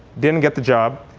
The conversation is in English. didn't get the job.